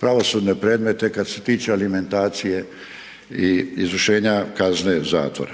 pravosudne predmete kad se tiče alimentacije i izvršenje kazne zatvora.